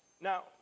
Now